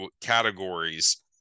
categories